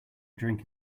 drink